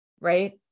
right